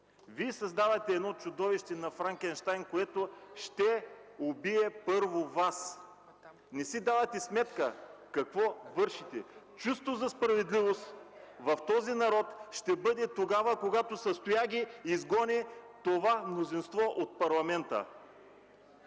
Вие създавате едно чудовище, като това на Франкенщайн, което ще убие първо Вас. Не си давате сметка какво вършите! Чувство за справедливост в този народ ще има тогава, когато с тояги изгони това мнозинство от парламента!